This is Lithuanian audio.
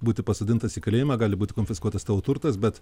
būti pasodintas į kalėjimą gali būti konfiskuotas tavo turtas bet